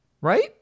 right